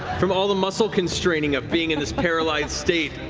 from all the muscle constraining of being in this paralyzed state,